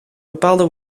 bepaalde